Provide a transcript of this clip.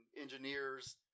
engineers